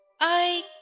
I